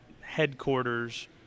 headquarters